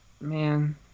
Man